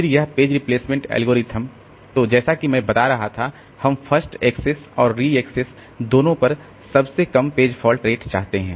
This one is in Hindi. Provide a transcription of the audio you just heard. फिर यह पेज रिप्लेसमेंट एल्गोरिथ्म तो जैसा कि मैं बता रहा था हम फर्स्ट एक्सेस और री एक्सेस दोनों पर सबसे कम पेज फॉल्ट रेट चाहते हैं